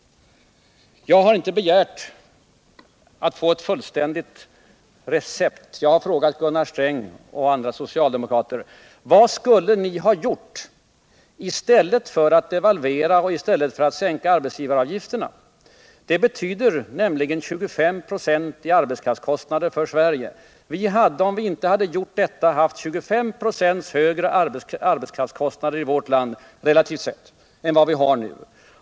Jag har inte begärt att få ett fullständigt recept mot vår ekonomiska sjuka. Jag har frågat Gunnar Sträng och andra socialdemokrater: Vad skulle ni ha gjort i stället för att devalvera och i stället för att sänka arbetsgivaravgifterna? Vi hade, om vi inte hade gjort detta, haft 25 ”o högre arbetskraftskostnader i vårt land, relativt sett, än vi har nu.